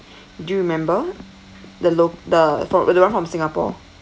do you remember the loc~ the fr~ the one from singapore